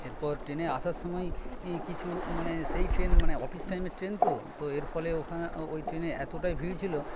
এরপর ট্রেনে আসার সময়ই কিছু মানে সেই ট্রেন মানে অফিস টাইমের ট্রেন তো এরফলে ওইখানে ওই ট্রেনে এতটাই ভিড় ছিলো